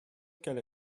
qu’elle